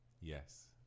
yes